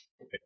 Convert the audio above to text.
Okay